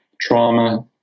trauma